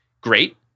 great